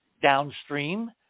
Downstream